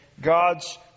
God's